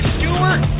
Stewart